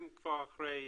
הם כבר אחרי,